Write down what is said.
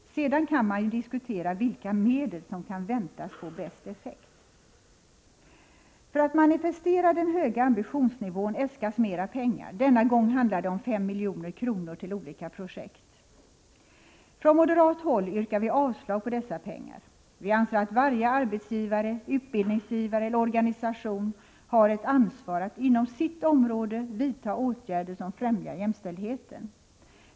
Sedan kan man diskutera vilka medel som kan väntas få bäst effekt. För att manifestera den höga ambitionsnivån äskas mera pengar. Denna gång handlar det om 5 milj.kr. till olika projekt. Från moderat håll yrkar vi avslag på dessa pengar. Vi anser att varje arbetsgivare, utbildningsgivare eller organisation har ett ansvar att inom sitt område vidta åtgärder som främjar jämställdheten.